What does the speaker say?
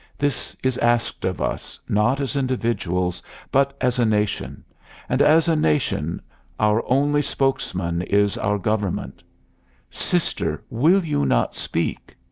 this is asked of us not as individuals but as a nation and as a nation our only spokesman is our government sister, will you not speak?